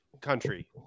country